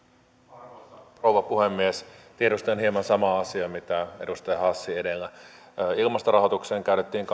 arvoisa rouva puhemies tiedustelen hieman samaa asiaa mitä edustaja hassi edellä ilmastorahoitukseen käytettiin